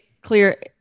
clear